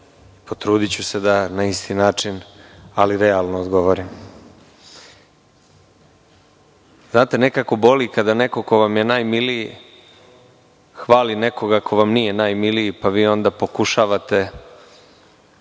Potrudiću se da na isti način, ali realno odgovorim. Nekako boli kada neko ko vam je najmiliji hvali nekoga ko vam nije najmiliji, pa vi onda pokušavate